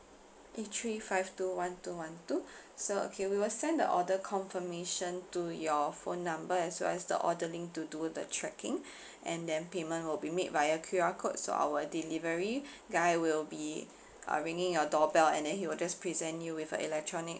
eight three five two one two one two so okay we will send the order confirmation to your phone number as well as the order link to do the tracking and then payment will be made via Q_R code so our delivery guy will be uh ringing your doorbell and then he will just present you with a electronic